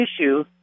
issue